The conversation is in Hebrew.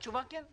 התשובה היא כן.